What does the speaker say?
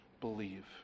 believe